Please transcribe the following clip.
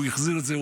והוא החזיר את זה.